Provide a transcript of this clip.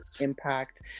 impact